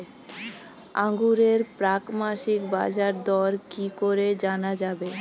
আঙ্গুরের প্রাক মাসিক বাজারদর কি করে জানা যাবে?